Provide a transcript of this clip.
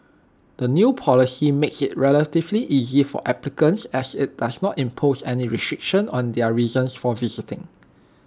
the new policy makes IT relatively easy for applicants as IT doesn't impose any restrictions on their reasons for visiting